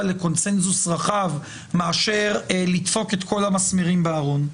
לקונצנזוס רחב מאשר לדפוק את כל המסמרים בארון.